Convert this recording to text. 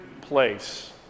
place